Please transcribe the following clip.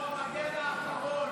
הוא המגן האחרון.